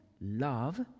love